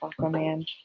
Aquaman